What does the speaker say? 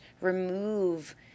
remove